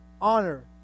honor